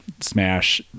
Smash